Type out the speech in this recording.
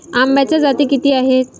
आंब्याच्या जाती किती आहेत?